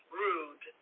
rude